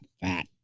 fat